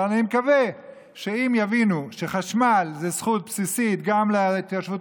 אבל אני מקווה שאם יבינו שחשמל זאת זכות בסיסית גם להתיישבות